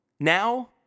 Now